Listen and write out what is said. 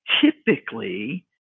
typically